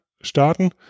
starten